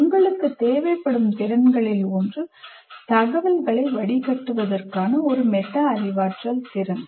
உங்களுக்குத் தேவைப்படும் திறன்களில் ஒன்று தகவல்களை வடிகட்டுவதற்கான ஒரு மெட்டா அறிவாற்றல் திறன்